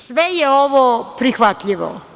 Sve je ovo prihvatljivo.